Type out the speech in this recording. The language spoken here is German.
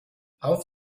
auf